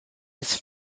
his